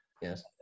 Yes